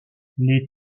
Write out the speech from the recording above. les